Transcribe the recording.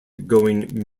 going